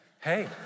Hey